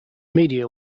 media